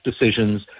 decisions